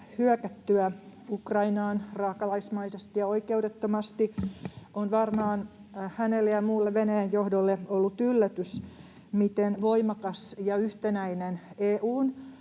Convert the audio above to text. hyökättyä Ukrainaan raakalaismaisesti ja oikeudettomasti on varmaan hänelle ja muulle Venäjän johdolle ollut yllätys, miten voimakas ja yhtenäinen EU:n